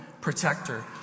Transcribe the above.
protector